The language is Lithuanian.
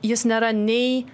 jis nėra nei